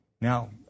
Now